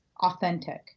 authentic